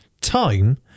Time